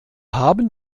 haben